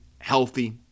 healthy